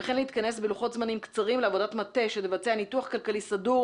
וכן להתכנס בלוחות זמנים קצרים לעבודת מטה שתבצע ניתוח כלכלי סדור